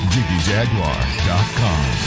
JiggyJaguar.com